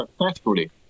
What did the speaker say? successfully